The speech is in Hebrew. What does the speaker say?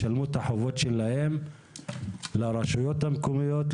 ישלמו את החובות שלהם לרשויות המקומיות,